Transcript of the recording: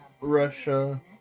Russia